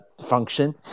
function